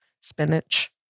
spinach